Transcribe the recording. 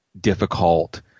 difficult